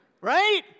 Right